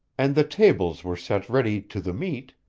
and the tables were set ready to the meat,